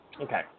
Okay